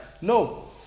No